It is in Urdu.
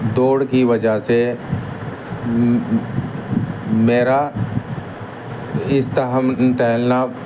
دوڑ کی وجہ سے میرا استاہم ٹہلنا